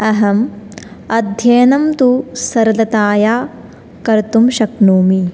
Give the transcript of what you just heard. अहम् अध्ययनन्तु सरलतया कर्तुं शक्नोमि